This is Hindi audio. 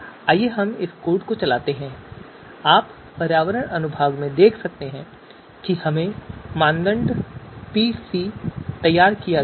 आइए हम इस कोड को चलाते हैं और आप पर्यावरण अनुभाग में देख सकते हैं कि हमने मानदंड पीसी तैयार किया है